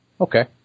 Okay